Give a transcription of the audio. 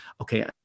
okay